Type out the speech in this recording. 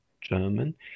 German